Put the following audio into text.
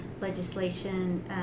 Legislation